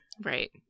right